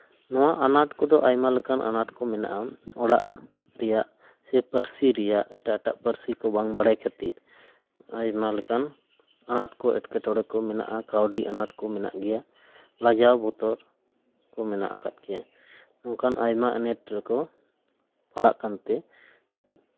ᱱᱚᱣᱟ ᱟᱱᱟᱴ ᱠᱚᱫᱚ ᱟᱭᱢᱟ ᱞᱮᱠᱟᱱ ᱟᱱᱟᱴ ᱠᱚᱢᱮᱱᱟᱜᱼᱟ ᱚᱲᱟᱜ ᱨᱮᱭᱟᱜ ᱥᱮ ᱯᱟᱹᱨᱥᱤ ᱨᱮᱭᱟᱜ ᱮᱴᱟᱜ ᱮᱴᱟᱜ ᱯᱟᱹᱨᱥᱤ ᱠᱚ ᱵᱟᱝ ᱵᱟᱲᱟᱭ ᱠᱷᱟᱹᱛᱤᱨ ᱟᱭᱢᱟ ᱞᱮᱠᱟᱱ ᱟᱱᱟᱴ ᱠᱚ ᱮᱸᱴᱠᱮᱴᱚᱬᱮ ᱠᱚ ᱢᱮᱱᱟᱜᱼᱟ ᱠᱟᱹᱣᱰᱤ ᱟᱱᱟᱴ ᱠᱚ ᱢᱮᱱᱟᱜ ᱜᱮᱭᱟ ᱞᱟᱡᱟᱣ ᱵᱚᱛᱚᱨ ᱠᱚ ᱢᱮᱱᱟᱜ ᱟᱠᱟᱫ ᱜᱮᱭᱟ ᱚᱱᱠᱟᱱ ᱟᱭᱢᱟ ᱟᱱᱟᱴ ᱨᱮᱠᱚ ᱯᱟᱲᱟᱜ ᱠᱟᱱᱛᱮ